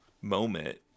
moment